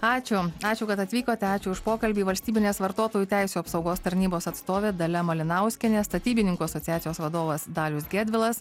ačiū ačiū kad atvykote ačiū už pokalbį valstybinės vartotojų teisių apsaugos tarnybos atstovė dalia malinauskienė statybininkų asociacijos vadovas dalius gedvilas